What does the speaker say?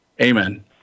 Amen